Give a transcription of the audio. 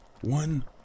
one